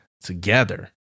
together